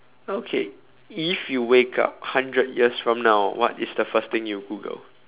okay if you wake up hundred years from now what is the first thing you Google